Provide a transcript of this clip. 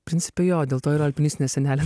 principe jo dėl to yra alpinistinė sienelė